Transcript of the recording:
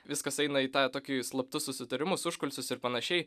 viskas eina į tą tokius slaptus susitarimus užkulisius ir panašiai